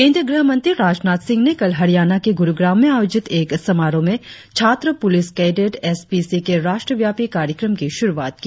केंद्रीय गृहमंत्री राजनाथ सिंह ने कल हरियाणा के गुरुग्राम में आयोजित एक समारोह में छात्र police cadet S P C के राष्ट्रव्यापी कार्यक्रम की शुरुआत की